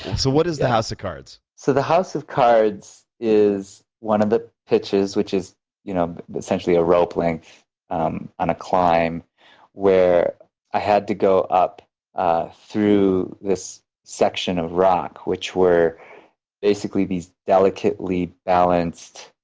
so what is the house of cards? so the house of cards is one of the pitches which is you know essentially a role playing um on a climb where i had to go up ah through this section of rock which was basically these delicately balanced,